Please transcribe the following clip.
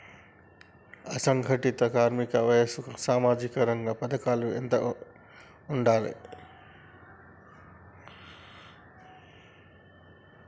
అసంఘటిత కార్మికుల వయసు సామాజిక రంగ పథకాలకు ఎంత ఉండాలే?